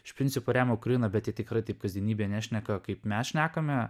iš principo remia ukrainą bet jie tikrai taip kasdienybėje nešneka kaip mes šnekame